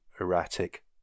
erratic